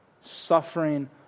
suffering